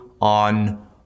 on